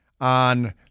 on